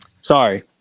Sorry